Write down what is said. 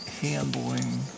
handling